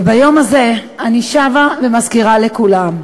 וביום הזה אני שבה ומזכירה לכולם: